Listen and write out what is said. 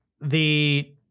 the-